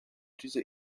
diese